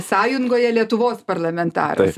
sąjungoje lietuvos parlamentaras